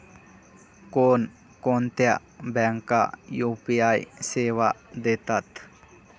कोणकोणत्या बँका यू.पी.आय सेवा देतात?